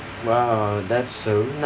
!wow! that's so